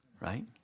right